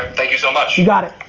thank you so much. you got it.